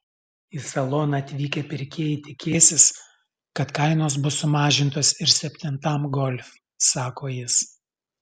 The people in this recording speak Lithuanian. į saloną atvykę pirkėjai tikėsis kad kainos bus sumažintos ir septintam golf sako jis